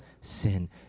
sin